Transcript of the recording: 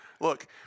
Look